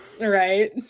right